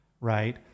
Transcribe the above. right